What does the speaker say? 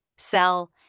sell